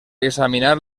examinar